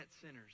sinners